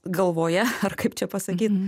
galvoje ar kaip čia pasakyt